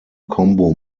combo